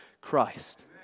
Christ